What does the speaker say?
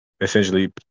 essentially